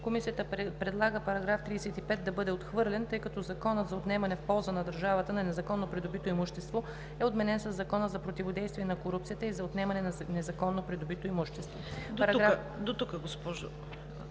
Комисията предлага § 35 да бъде отхвърлен, тъй като Законът за отнемане в полза на държавата на незаконно придобито имущество е отменен със Закона за противодействие на корупцията и за отнемане на незаконно придобито имущество.